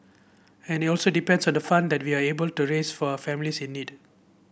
and it also depends on the fund that we are able to raise for a families in need